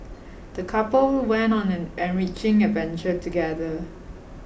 the couple went on an enriching adventure together